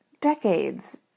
decades